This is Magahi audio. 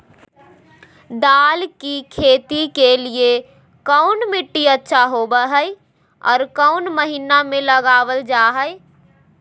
दाल की खेती के लिए कौन मिट्टी अच्छा होबो हाय और कौन महीना में लगाबल जा हाय?